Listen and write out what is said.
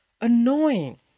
annoying